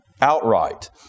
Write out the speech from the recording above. outright